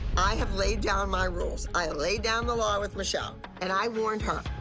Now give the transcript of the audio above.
i have laid down my rules. i laid down the law with michelle. and i warned her.